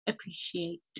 appreciate